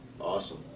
Awesome